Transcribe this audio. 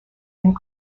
and